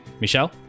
Michelle